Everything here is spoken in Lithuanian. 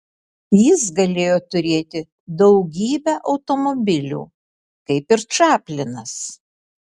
jis galėjo turėti daugybę automobilių kaip ir čaplinas